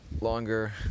Longer